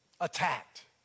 attacked